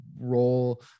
role